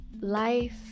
life